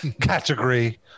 category